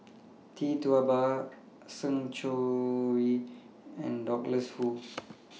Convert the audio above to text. Tee Tua Ba Sng Choon Yee and Douglas Foo